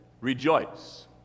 Rejoice